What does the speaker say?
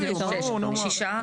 שישה.